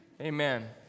Amen